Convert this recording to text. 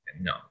no